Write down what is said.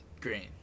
Green